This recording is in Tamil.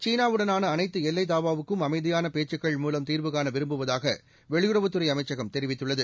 சீனாவுடனான அனைத்து எல்லை தாவாவுக்கும் அமைதியான பேச்சுக்கள் மூலம் தீர்வு காண விரும்புவதாக வெளியுறவுத்துறை அமைச்சகம் தெரிவித்துள்ளது